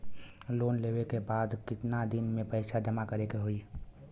Loan लेले के बाद कितना दिन में पैसा जमा करे के होई?